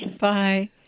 Bye